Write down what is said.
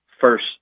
first